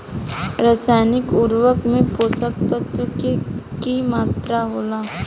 रसायनिक उर्वरक में पोषक तत्व के की मात्रा होला?